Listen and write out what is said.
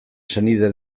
senidea